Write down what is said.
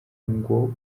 ngo